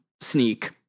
sneak